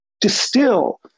distill